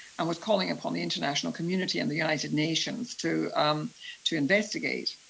and was calling upon the international community and the united nations to um to investigate.